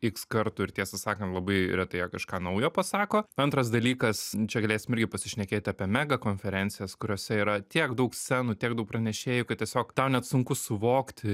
iks kartų ir tiesą sakant labai retai jie kažką naujo pasako antras dalykas čia galėsim irgi pasišnekėt apie mega konferencijas kuriose yra tiek daug scenų tiek daug pranešėjų kad tiesiog tau net sunku suvokti